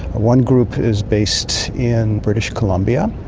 one group is based in british columbia,